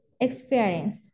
experience